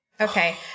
Okay